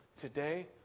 today